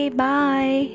bye